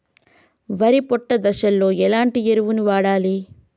వరి పొట్ట దశలో ఎలాంటి ఎరువును వాడాలి?